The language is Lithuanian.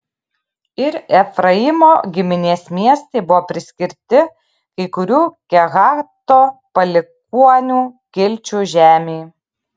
ir efraimo giminės miestai buvo priskirti kai kurių kehato palikuonių kilčių žemei